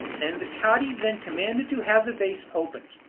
and the cadi then commanded to have the vase opened.